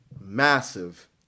massive